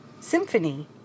symphony